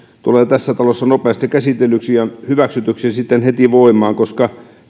tulee tässä talossa nopeasti käsitellyksi ja hyväksytyksi ja sitten heti voimaan koska